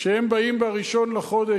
כשהם באים בראשון לחודש,